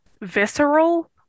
visceral